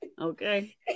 Okay